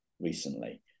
recently